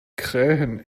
krähen